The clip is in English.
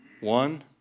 one